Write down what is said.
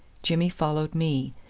jimmy followed me,